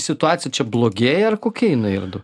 situacija čia blogėja ar kokia jinai yr du